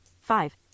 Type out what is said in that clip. five